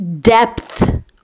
depth